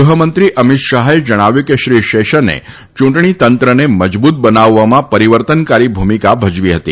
ગૃહમંત્રી અમિત શાહે જણાવ્યું છે કે શ્રી શેષને યૂંટણી તંત્રને મજબૂત બનાવવામાં પરિવર્તનકારી ભૂમિકા ભજવી હતી